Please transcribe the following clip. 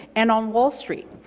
and on wall street.